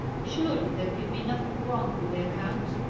surely there could be nothing wrong with the accounts?